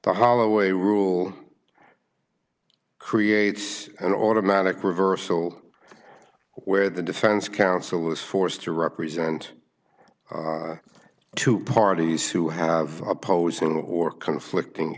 the holloway rule creates an automatic reversal where the defense counsel is forced to represent two parties who have opposing the war conflicting